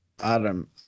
Adam